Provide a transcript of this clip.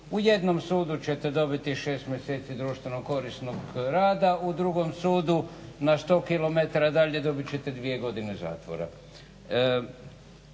u jednom sudu ćete dobiti 6 mjeseci društveno korisnog rada, u drugom sudu na 100km dalje dobit ćete dvije godine zatvora.